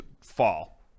fall